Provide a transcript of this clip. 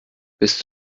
bist